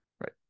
Right